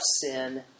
sin